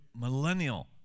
millennial